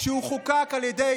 כשהוא חוקק על ידי